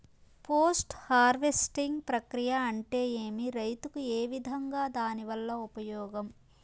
Post harvesting ప్రక్రియ అంటే ఏమి? రైతుకు ఏ విధంగా దాని వల్ల ఉపయోగం?